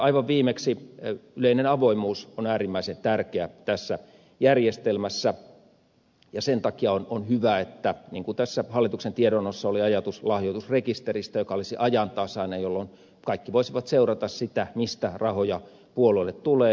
aivan viimeksi yleinen avoimuus on äärimmäisen tärkeä tässä järjestelmässä ja sen takia on hyvä tässä hallituksen tiedonannossa oleva ajatus lahjoitusrekisteristä joka olisi ajantasainen jolloin kaikki voisivat seurata sitä mistä rahoja puolueille tulee